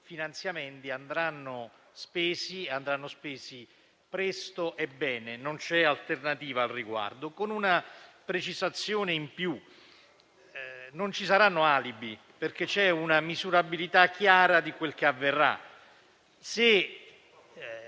finanziamenti andranno spesi presto e bene - non c'è alternativa al riguardo - con una precisazione in più: non ci saranno alibi, perché c'è una misurabilità chiara di quel che avverrà.